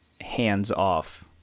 hands-off